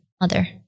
Mother